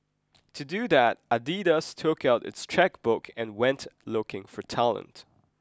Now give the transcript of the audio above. to do that Adidas took out its chequebook and went looking for talent